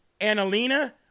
Annalena